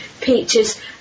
peaches